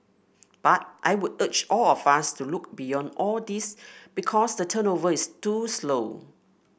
but I would urge all of us to look beyond all these because the turnover is too slow